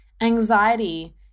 anxiety